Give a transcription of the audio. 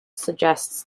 suggests